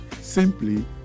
simply